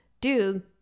dude